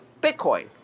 Bitcoin